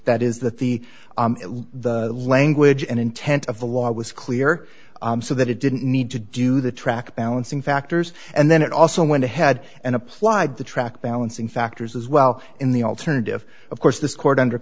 that is that the language and intent of the law was clear so that it didn't need to do the track balancing factors and then it also went ahead and applied the track balancing factors as well in the alternative of course this court under